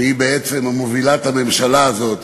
שהיא בעצם מובילת הממשלה הזאת,